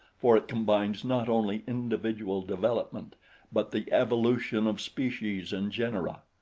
for it combines not only individual development but the evolution of species and genera.